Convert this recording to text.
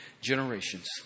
generations